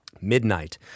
Midnight